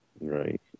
Right